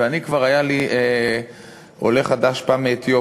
ואני, כבר היה לי עולה חדש מאתיופיה